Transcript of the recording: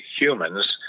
humans